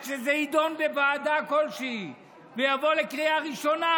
ועד שזה יידון בוועדה כלשהי ויבוא לקריאה ראשונה,